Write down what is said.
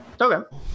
Okay